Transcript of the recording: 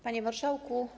Panie Marszałku!